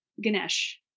Ganesh